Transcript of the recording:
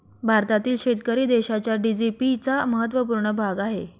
भारतातील शेतकरी देशाच्या जी.डी.पी चा महत्वपूर्ण भाग आहे